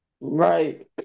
Right